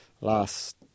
last